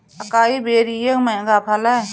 acai berry एक महंगा फल है